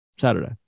Saturday